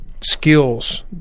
skills